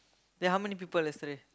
then how many people yesterday